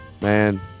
Man